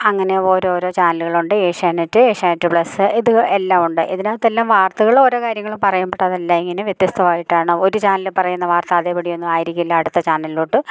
അങ്ങനെയോരോരോ ചാനലുകളുണ്ട് ഏഷ്യാനെറ്റ് ഏഷ്യാനെറ്റ് പ്ലസ് ഇത് എല്ലാമുണ്ട് ഇതിനകത്തെല്ലാം വാർത്തകളോരോ കാര്യങ്ങളും പറയും ബട്ട് അതെല്ലാം ഇങ്ങനെ വ്യത്യസ്തവായിട്ടാണ് ഒര് ചാനലിൽ പറയുന്ന വാർത്ത അതേപടിയൊന്നും ആയിരിക്കില്ല അടുത്ത ചാനലിലോട്ട്